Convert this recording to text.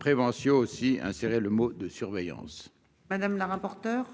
prévention aussi insérer le mot de surveillance. Madame la rapporteur.